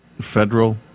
federal